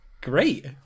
great